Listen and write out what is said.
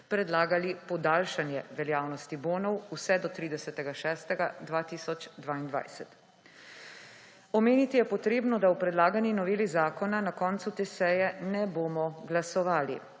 predlagali podaljšanje veljavnosti bonov vse do 30. 6. 2022. Omeniti je treba, da o predlagani noveli zakona na koncu te seje ne bomo glasovali,